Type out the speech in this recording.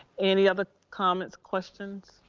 any other comments, questions?